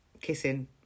kissing